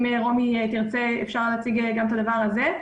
אם רוני תרצה, אפשר להציג גם את הדבר הזה.